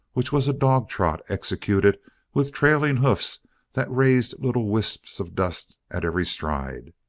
which was a dog-trot executed with trailing hoofs that raised little wisps of dust at every stride.